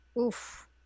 Oof